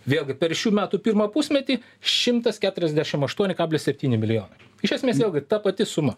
vėlgi per šių metų pirmą pusmetį šimtas keturiasdešim aštuoni kablis septyni milijono iš esmės vėlgi ta pati suma